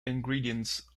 ingredients